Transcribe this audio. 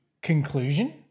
conclusion